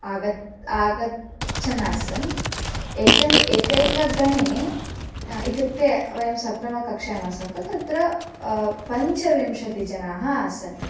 आगतं आगच्छन् आसन् एकम् एकैकगणे इत्युक्ते वयं सप्तमकक्ष्यायाम् आसन् कु तत्र पञ्चविंशतिः जनाः आसन्